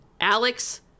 Alex